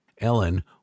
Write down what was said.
Ellen